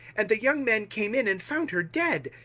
and the young men came in and found her dead.